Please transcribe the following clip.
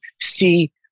see